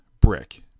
Brick